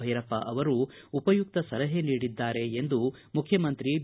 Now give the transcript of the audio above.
ಭೈರಪ್ಪ ಅವರು ಉಪಯುಕ್ತ ಸಲಹೆ ನೀಡಿದ್ದಾರೆ ಎಂದು ಮುಖ್ಚಮಂತ್ರಿ ಬಿ